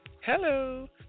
Hello